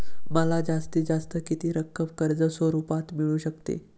मला जास्तीत जास्त किती रक्कम कर्ज स्वरूपात मिळू शकते?